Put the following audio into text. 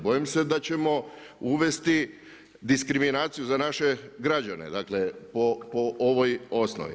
Bojim se da ćemo uvesti diskriminaciju za naše građane po ovoj osnovi.